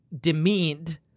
demeaned